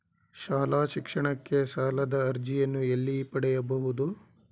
ಶಾಲಾ ಶಿಕ್ಷಣಕ್ಕೆ ಸಾಲದ ಅರ್ಜಿಯನ್ನು ಎಲ್ಲಿ ಪಡೆಯಬಹುದು?